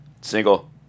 Single